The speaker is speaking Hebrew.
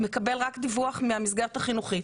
מקבל רק דיווח מהמסגרת החינוכית